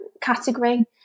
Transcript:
category